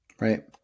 right